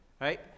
Right